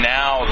now